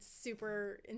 super